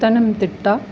Pathanamthitta